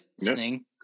listening